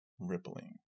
rippling